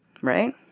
Right